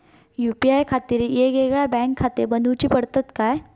UPI खातीर येगयेगळे बँकखाते बनऊची पडतात काय?